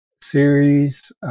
series